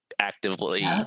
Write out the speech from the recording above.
Actively